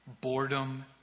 boredom